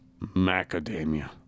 macadamia